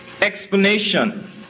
explanation